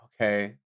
okay